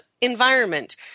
environment